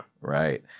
Right